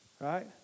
Right